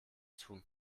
tun